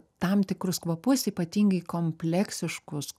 tam tikrus kvapus ypatingai kompleksiškus